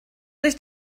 sich